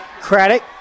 Craddock